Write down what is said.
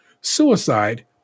suicide